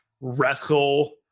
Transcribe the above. wrestle